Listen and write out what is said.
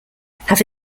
have